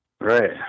Right